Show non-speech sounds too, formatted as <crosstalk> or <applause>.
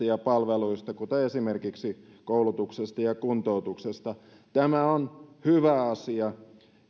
<unintelligible> ja palveluista kuten esimerkiksi koulutuksesta ja kuntoutuksesta tämä on hyvä asia